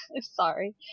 sorry